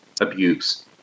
abuse